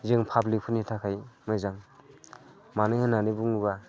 जों पाब्लिगफोरनि थाखाय मोजां मानो होननानै बुङोब्ला